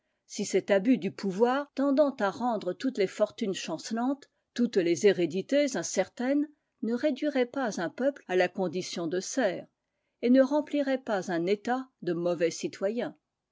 si cet abus du pouvoir tendant à rendre toutes les fortunes chancelantes toutes les hérédités incertaines ne réduirait pas un peuple à la condition de serfs et ne remplirait pas un état de mauvais citoyens